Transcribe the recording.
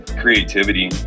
creativity